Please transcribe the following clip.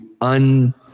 un-